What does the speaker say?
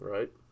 Right